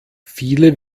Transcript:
viele